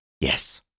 Yes